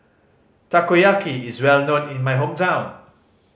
takoyaki is well known in my hometown